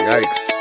Yikes